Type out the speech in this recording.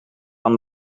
aan